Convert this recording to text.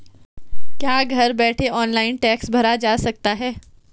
क्या घर बैठे ऑनलाइन टैक्स भरा जा सकता है?